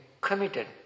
committed